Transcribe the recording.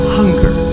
hunger